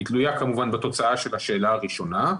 היא תלויה כמובן בתוצאה של השאלה הראשונה.